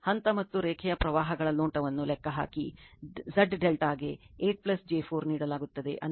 ಹಂತ ಮತ್ತು ರೇಖೆಯ ಪ್ರವಾಹಗಳ ನೋಟವನ್ನು ಲೆಕ್ಕಹಾಕಿ Z ∆ ಗೆ 8 j 4 ನೀಡಲಾಗುತ್ತದೆ ಅಂದರೆ 8